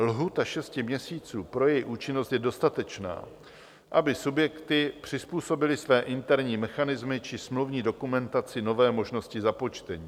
Lhůta šesti měsíců pro její účinnost je dostatečná, aby subjekty přizpůsobily své interní mechanismy či smluvní dokumentaci nové možnosti započtení.